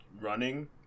running